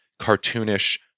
cartoonish